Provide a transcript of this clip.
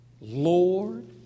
Lord